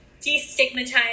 destigmatize